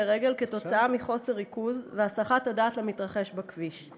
רגל כתוצאה מחוסר ריכוז והסחת הדעת מהמתרחש בכביש,